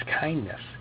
kindness